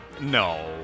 No